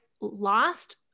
lost